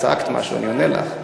את צעקת כאן משהו ואני עונה לך.